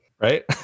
Right